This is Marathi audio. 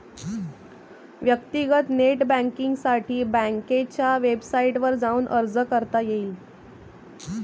व्यक्तीगत नेट बँकींगसाठी बँकेच्या वेबसाईटवर जाऊन अर्ज करता येईल